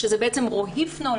שזה בעצם רוהיפנול,